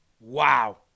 Wow